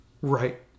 Right